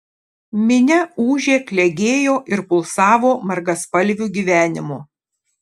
minia ūžė klegėjo ir pulsavo margaspalviu gyvenimu